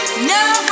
No